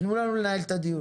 תנו לנו לנהל את הדיון.